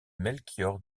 melchior